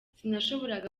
sinashoboraga